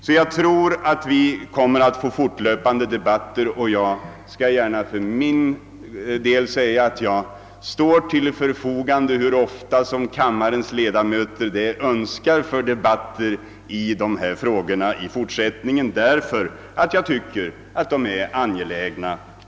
Vi kommer sålunda att få fortlöpande debatter, och jag står till förfogande så ofta kammarens ledamöter det önskar för debatter i dessa frågor. Jag tycker nämligen att de är mycket angelägna.